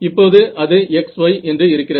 இப்போது அது x y என்று இருக்கிறது